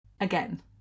again